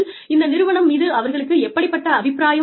இந்த நிறுவனம் மீது அவர்களுக்கு எப்படிப்பட்ட அபிப்ராயம் உள்ளது